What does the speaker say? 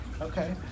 Okay